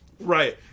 Right